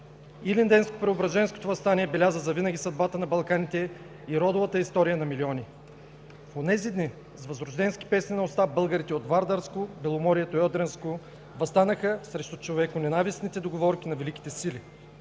Илинденско-Преображенското въстание беляза завинаги съдбата на Балканите и родовата история на милиони. В онези дни с възрожденски песни на уста българите от Вардарско, Беломорието и Одринско въстанаха срещу човеконенавистните договорки на Великите сили,